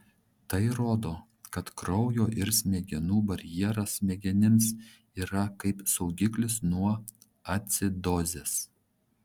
tai rodo kad kraujo ir smegenų barjeras smegenims yra kaip saugiklis nuo acidozės